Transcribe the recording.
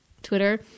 Twitter